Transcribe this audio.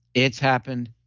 it's happened.